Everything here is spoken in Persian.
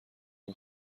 اون